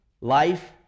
life